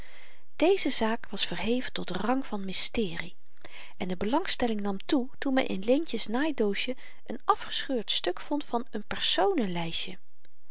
deze zaak was verheven tot rang van mysterie en de belangstelling nam toe toen men in leentje's naaidoosjen n afgescheurd stuk vond van n personen lystje